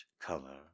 color